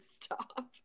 stop